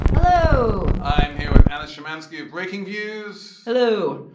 hello. i'm here with anna shymansky of breakingviews. hello.